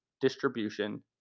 distribution